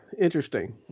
Interesting